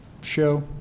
show